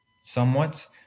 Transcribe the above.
somewhat